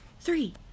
three